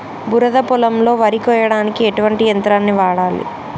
బురద పొలంలో వరి కొయ్యడానికి ఎటువంటి యంత్రాన్ని వాడాలి?